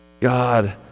God